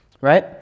right